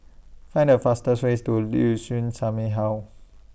Find The fastest ways to Liuxun